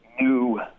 new